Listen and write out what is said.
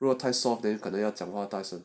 如果太 soft then 可能要讲话大声